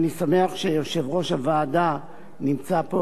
ואני שמח שיושב-ראש הוועדה נמצא פה,